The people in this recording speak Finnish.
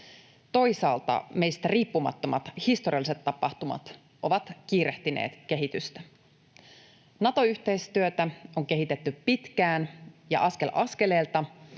toisaalta meistä riippumattomat historialliset tapahtumat ovat kiirehtineet kehitystä. Nato-yhteistyötä on kehitetty pitkään ja askel askeleelta